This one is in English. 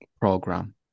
program